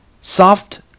Soft